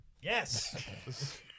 Yes